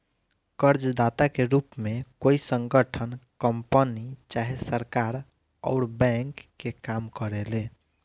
कर्जदाता के रूप में कोई संगठन, कंपनी चाहे सरकार अउर बैंक के काम करेले